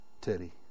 Teddy